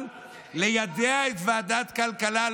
אבל ליידע את ועדת כלכלה,